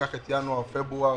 ניקח את ינואר פברואר,